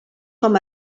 com